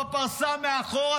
בפרסה מאחור,